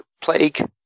plague